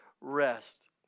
rest